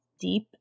deep